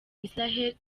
isiraheli